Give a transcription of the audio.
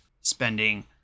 spending